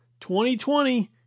2020